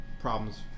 problems